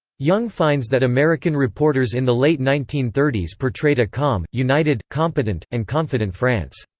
young finds that american reporters in the late nineteen thirty s portrayed a calm, united, competent, and confident france.